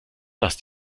dass